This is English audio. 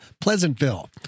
Pleasantville